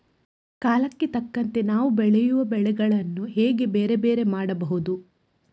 ಕಾಲಕ್ಕೆ ತಕ್ಕಂತೆ ನಾವು ಬೆಳೆಯುವ ಬೆಳೆಗಳನ್ನು ಹೇಗೆ ಬೇರೆ ಬೇರೆ ಮಾಡಬಹುದು?